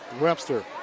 Webster